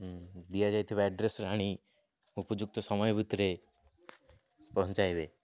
ଦିଆଯାଇଥିବ ଆଡ଼୍ରେସ୍ରେ ଆଣି ଉପଯୁକ୍ତ ସମୟ ଭିତରେ ପହଞ୍ଚାଇବେ